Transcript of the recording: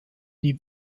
die